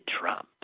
Trump